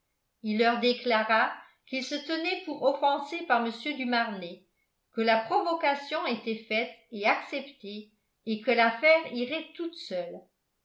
il leur déclara qu'il se tenait pour offensé par mr du marnet que la provocation était faite et acceptée et que l'affaire irait toute seule